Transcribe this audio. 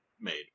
made